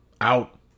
out